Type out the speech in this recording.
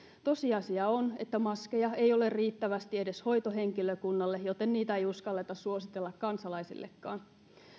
tosiasia on että maskeja ei ole riittävästi edes hoitohenkilökunnalle joten niitä ei uskalleta suositella kansalaisillekaan